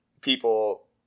people